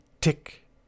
tick